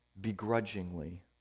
begrudgingly